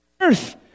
earth